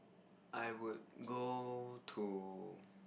I would go to